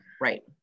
Right